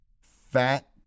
fat